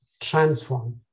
transform